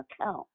account